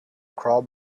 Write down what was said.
crawl